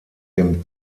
dem